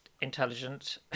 intelligent